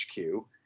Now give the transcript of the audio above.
HQ